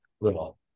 little